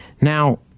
Now